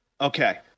Okay